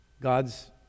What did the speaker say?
God's